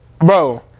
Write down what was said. bro